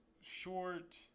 short